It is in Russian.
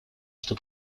что